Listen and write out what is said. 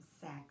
sex